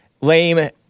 lame